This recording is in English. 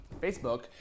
Facebook